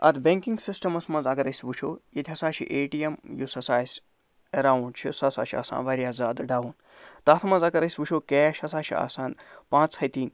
اَتھ banking systems منٛز اَگر أسۍ وُچھو ییٚتہِ ہسا چھُ اے ٹی اٮ۪م یُس ہسا اَسہِ اٮ۪راوُنڈ چھُ سُہ سا چھُ آسان واریاہ زیادٕ ڈاوُن تَتھ منٛز اَگر أسۍ وُچھو کٮ۪ش ہسا چھُ آسان پاںژھ ۂتِنۍ